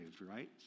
right